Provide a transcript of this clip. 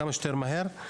כמה שיותר מהר.